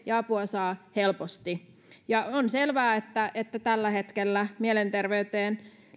ja apua saa helposti on selvää että että tällä hetkellä mielenterveyteen